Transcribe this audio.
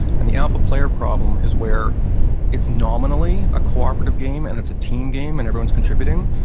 and the alpha player problem is where it's nominally a cooperative game and it's a team game and everyone's contributing,